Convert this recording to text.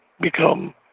become